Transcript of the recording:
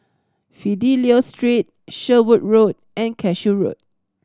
Fidelio Street Sherwood Road and Cashew Road